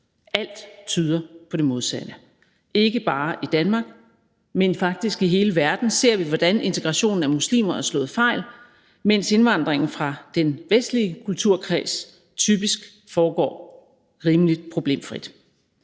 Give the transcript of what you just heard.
alt tyder på det modsatte. Ikke bare i Danmark, men faktisk i hele verden ser vi, hvordan integrationen af muslimer er slået fejl, mens indvandringen fra den vestlige kulturkreds typisk foregår rimelig problemfrit.